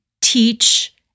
teach